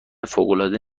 فوقالعاده